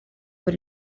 were